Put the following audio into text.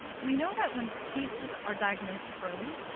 we know that, when cases are diagnosed early,